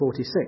46